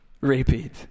Repeat